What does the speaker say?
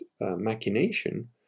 machination